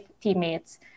teammates